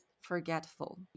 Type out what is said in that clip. forgetful